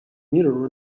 mirror